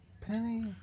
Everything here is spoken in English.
Penny